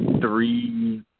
three